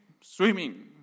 swimming